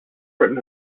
written